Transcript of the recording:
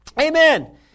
Amen